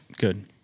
good